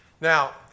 Now